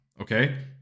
Okay